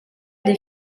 des